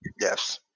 Yes